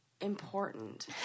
important